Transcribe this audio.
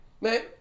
man